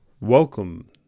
Welcome